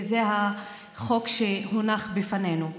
וזה החוק שהונח בפנינו.